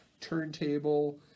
turntable